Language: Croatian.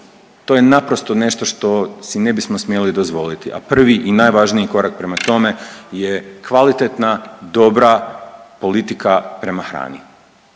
to je naprosto nešto što si ne bismo smjeli dozvoliti, a prvi i najvažniji korak prema tome je kvalitetna, dobra politika prema hrani.